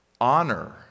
honor